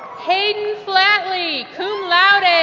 hayden flatley, cum laude.